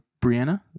Brianna